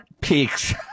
Peaks